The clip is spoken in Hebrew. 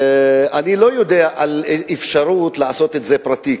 אני לא יודע על אפשרות לעשות את זה פרטי,